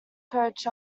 coach